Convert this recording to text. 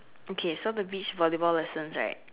okay so the beach volleyball lessons right